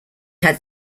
had